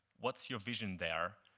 what's your vision there?